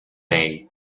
bay